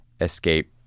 escape